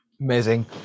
Amazing